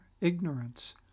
ignorance